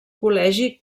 col·legi